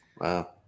wow